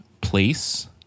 place